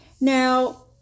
Now